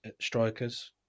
strikers